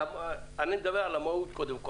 אני מדבר על המהות קודם כל.